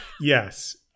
Yes